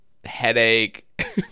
headache